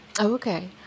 Okay